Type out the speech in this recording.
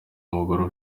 umugore